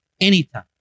anytime